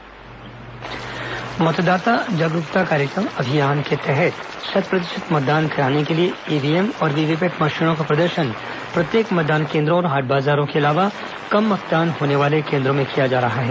मतदाता जागरूकता अभियान मतदाता जागरूकता अभियान के तहत शत प्रतिशत मतदान कराने के लिए ईव्हीएम और वीवीपैट मशीनों का प्रदर्शन प्रत्येक मतदान केंद्रों और हाट बाजारों के अलावा कम मतदान होने वाले केंद्रों में किया जा रहा है